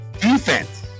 defense